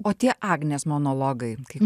o tie agnės monologai kai